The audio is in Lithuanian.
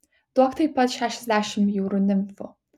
duok taip pat šešiasdešimt jūrų nimfų